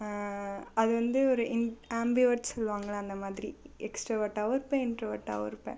அது வந்து ஒரு இம் ஆம்பிவேர்ட் சொல்வாங்கல்ல அந்த மாதிரி எக்ஸ்ட்ரோவேர்ட்டாகவும் இருப்பேன் இன்ட்ரோவேர்ட்டாகவும் இருப்பேன்